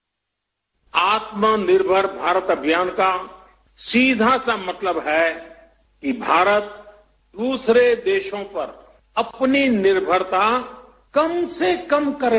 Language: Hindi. बाइट आत्मनिर्भर अभियान का सीधा सा मतलब है कि भारत दूसरे देशों पर अपनी निर्भरता कम से कम करें